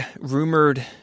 rumored